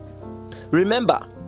Remember